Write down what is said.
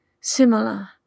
Similar